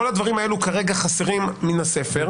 כל הדברים האלה כרגע חסרים מן הספר.